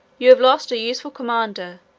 you have lost a useful commander,